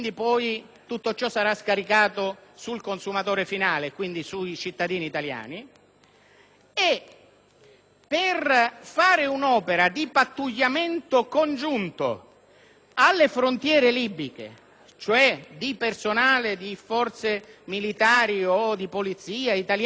Per fare un'opera di pattugliamento congiunto alle frontiere libiche, cioè di personale di forze militari o di polizia italiane insieme a quelle libiche (queste ultime pagate dall'Unione europea, le nostre pagate dai